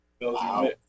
Wow